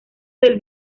del